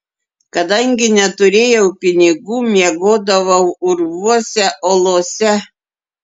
kadangi neturėjau pinigų miegodavau urvuose olose